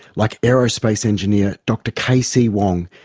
like aerospace engineer, dr k. c. wong,